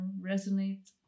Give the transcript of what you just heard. resonate